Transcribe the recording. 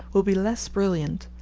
will be less brilliant,